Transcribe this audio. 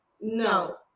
no